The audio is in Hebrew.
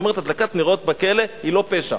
זאת אומרת, הדלקת נרות בכלא היא לא פשע.